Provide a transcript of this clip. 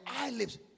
eyelids